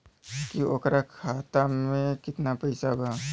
की ओकरा खाता मे कितना पैसा बा?